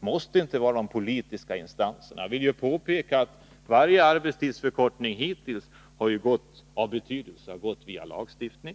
Måste det inte vara de politiska instanserna? Jag vill påpeka att varje arbetstidsförkortning av betydelse hittills har genomförts via lagstiftning.